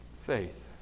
faith